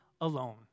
alone